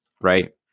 right